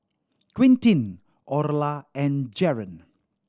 Quintin Orla and Jaron